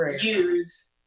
use